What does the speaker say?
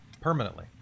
Permanently